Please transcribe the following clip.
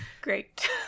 Great